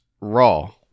raw